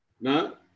No